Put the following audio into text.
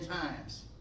times